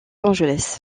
angeles